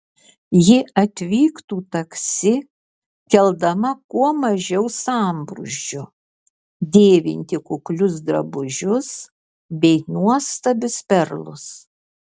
ji atvyktų taksi keldama kuo mažiau sambrūzdžio dėvinti kuklius drabužius bei nuostabius perlus